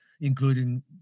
including